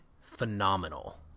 phenomenal